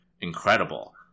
incredible